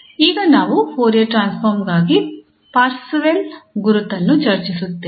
ಈಗ ನಾವು Fourier transform ಗಾಗಿ ಪಾರ್ಸೆವಲ್ ಗುರುತನ್ನು Parseval's identity ಚರ್ಚಿಸುತ್ತೇವೆ